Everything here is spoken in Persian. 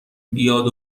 بیاد